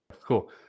Cool